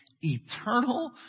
eternal